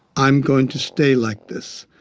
i'm going to stay like this.